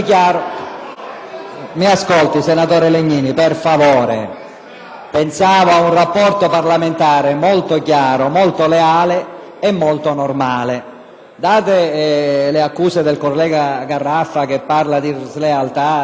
Mi ascolti, senatore Legnini, per favore. Pensavo ad un rapporto parlamentare molto chiaro, molto leale e molto normale. Considerate le accuse del collega Garraffa, che parla di slealtà e di menzogna